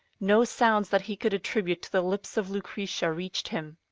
no sounds that he could attribute to the lips of lucretia reached him.